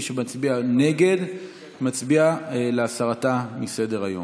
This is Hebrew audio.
מי שמצביע נגד מצביע להסרתה מסדר-היום.